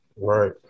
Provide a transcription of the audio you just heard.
Right